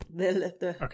Okay